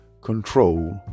control